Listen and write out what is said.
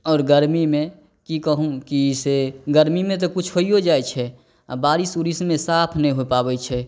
आओर गरमीमे कि कहूँ कि से गरमीमे तऽ किछु होइओ जाइ छै आओर बारिश उरिशमे साफ नहि हो पाबै छै